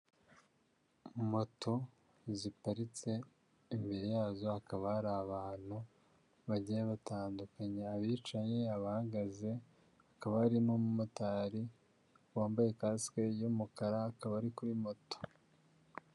Moto ziparitse imbere yazo hakaba hari abantu bagiye batandukanya, abicaye, abahagaze hakaba hari n'umumotari wambaye kasike y'umukara akaba ari kuri moto.